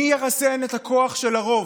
מי ירסן את הכוח של הרוב?